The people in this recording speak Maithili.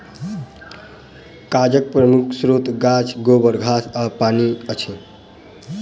कागजक प्रमुख स्रोत गाछ, गोबर, घास आ पानि अछि